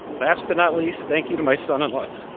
last but not least, thank you to my son-in-laws,